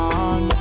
on